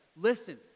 Listen